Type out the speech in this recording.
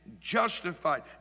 justified